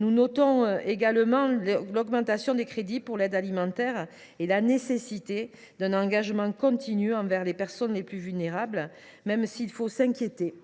Nous notons également une augmentation des crédits pour l’aide alimentaire, qui témoignent de la nécessité d’un engagement continu envers les personnes les plus vulnérables, même s’il faut s’inquiéter